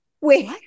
wait